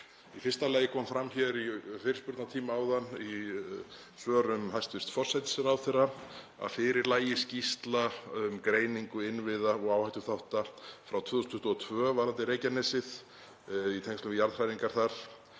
Í fyrsta lagi kom fram í fyrirspurnatíma áðan í svörum hæstv. forsætisráðherra að fyrir lægi skýrsla um greiningu innviða og áhættuþátta frá 2022 varðandi Reykjanesið og jarðhræringar þar